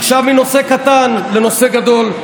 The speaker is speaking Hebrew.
עכשיו מנושא קטן לנושא גדול,